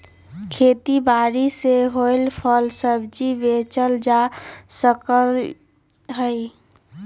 खेती बारी से होएल फल सब्जी बेचल जा सकलई ह